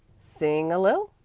sing a lil'?